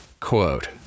Quote